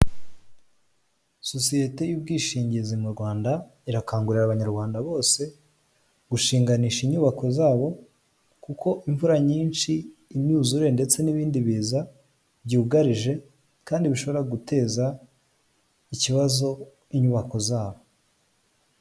Sosiyete y'ubwishingizi mu rwanda irakangurira abanyarwanda bose gushinganisha inyubako zabo kuko imvura nyinshi imyuzure ndetse n'ibindi biza, byugarije kandi bishobora guteza ikibazo inyubako zabo.